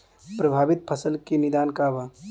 प्रभावित फसल के निदान का बा?